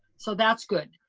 so that's good.